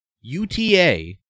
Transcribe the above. UTA